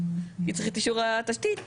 צריך את אישור התשתית.